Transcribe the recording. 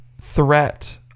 threat